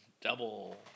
double